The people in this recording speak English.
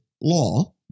law